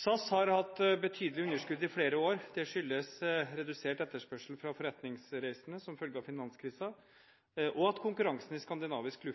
SAS har hatt betydelige underskudd i flere år. Dette skyldes redusert etterspørsel fra forretningsreisende som følge av finanskrisen, og at konkurransen i skandinavisk